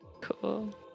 Cool